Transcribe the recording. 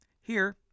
Here